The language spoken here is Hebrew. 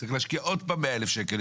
צריך להשקיע עוד פעם 100,000 שקלים,